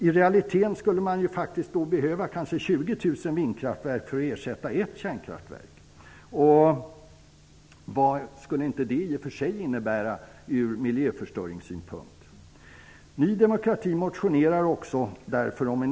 I realiteten skulle man kanske behöva 20 000 vindkraftverk för att ersätta ett kärnkraftverk. Vad skulle det innebära ur miljöförstöringssynpunkt?